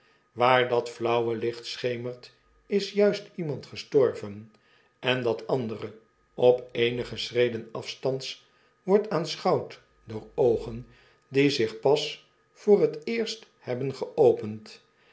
waar dat flauwe licht schemert is juist iemand gestorven en dat andere op eenige schreden afstands wordt aanschouwd door oogen die zich pas voor het eerst hebben geopend